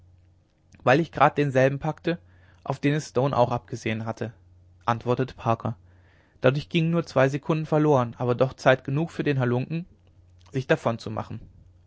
weil ich grad denselben packte auf den es stone auch abgesehen hatte antwortete parker dadurch gingen nur zwei sekunden verloren aber doch zeit genug für den halunken sich